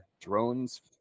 drones